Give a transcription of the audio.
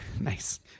Nice